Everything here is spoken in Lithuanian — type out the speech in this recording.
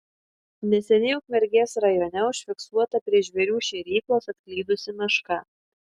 neseniai ukmergės rajone užfiksuota prie žvėrių šėryklos atklydusi meška